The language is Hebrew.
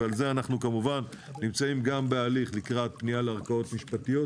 ועל זה אנחנו כמובן נמצאים גם בהליך לקראת פנייה לערכאות משפטיות,